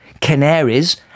canaries